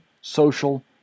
social